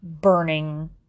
Burning